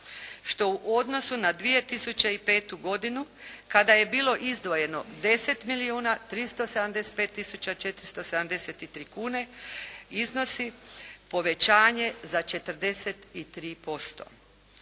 što u odnosu na 2005. godinu kada je bilo izdvojeno 10 milijuna 375 tisuća 473 kune iznosi povećanje za 43%.